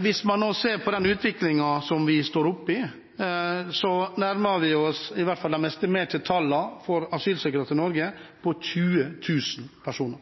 Hvis man ser på den utviklingen som vi nå står oppe i, ser man at vi i hvert fall nærmer oss det estimerte tallet for asylsøkere til Norge, på 20 000 personer.